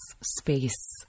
space